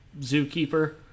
Zookeeper